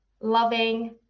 loving